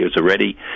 already